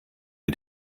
mit